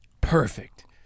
Perfect